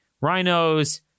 rhinos